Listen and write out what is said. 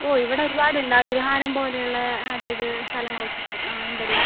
ഓ ഇവിടെ ഒരുപാട് ഉണ്ട് അഗ്രഹാരം പോലെ ഉള്ള അതായത് സ്ഥലങ്ങൾ ഒക്കെ ആ ഉണ്ടല്ലൊ